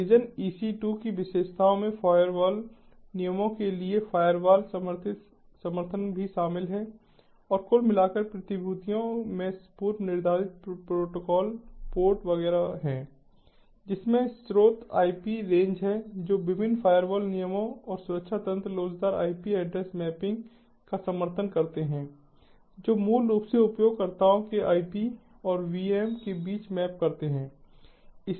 Amazon EC 2 की विशेषताओं में फ़ायरवॉल नियमों के लिए फ़ायरवॉल समर्थन भी शामिल है और कुल मिलाकर प्रतिभूतियों में पूर्वनिर्धारित प्रोटोकॉल पोर्ट वगैरह है जिसमें स्रोत आईपी रेंज हैं जो विभिन्न फ़ायरवॉल नियमों और सुरक्षा तंत्र लोचदार आईपी एड्रेस मैपिंग का समर्थन करते हैं जो मूल रूप से उपयोगकर्ताओं के आईपी और वीएम के बीच मैप करते हैं